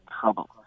trouble